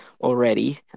already